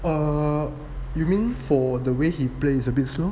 err you mean for the way he plays is a bit slow